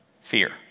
fear